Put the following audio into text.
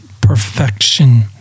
perfection